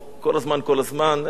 אני לא אכנס כרגע לעניין הזה.